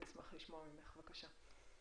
בבקשה.